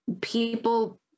people